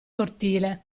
cortile